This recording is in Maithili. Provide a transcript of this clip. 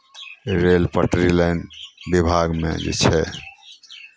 रेल पटरी लाइन विभागमे जे छै